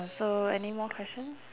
so anymore questions